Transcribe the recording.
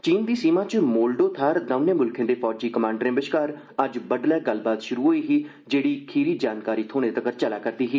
चीन दी सीमा च मोलडो च दौनें मुल्खें दे फौजी कमाण्डरें बश्कार अज्ज बड्डलै गल्लबात शुरु होई ही जेड़ी खीरी जानकारी थ्होने तक्कर अर्जे चलै करदी ही